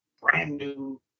brand-new